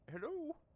Hello